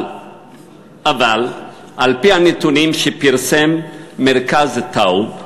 אבל על-פי הנתונים שפרסם מרכז טאוב,